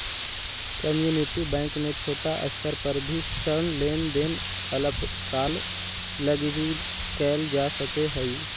community bank में छोटा स्तर पर भी ऋण लेन देन अल्पकाल लगी भी कैल जा सकऽ हइ